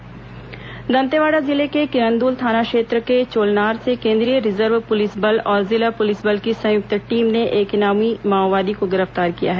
माओवादी गिरफ्तार दंतेवाड़ा जिले के किरंद्रल थाना क्षेत्र के चोलनार से केंद्रीय रिजर्व पुलिस बल और जिला पुलिस बल की संयुक्त टीम ने एक इनामी माओवादी को गिरफ्तार किया है